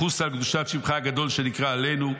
חוסה על קדושת שמך הגדול שנקרא עלינו,